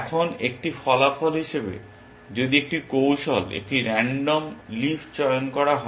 এখন একটি ফলাফল হিসাবে যদি একটি কৌশলে একটি রান্ডম লিফ চয়ন করা হয়